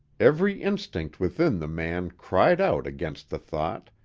every instinct within the man cried out against the thought,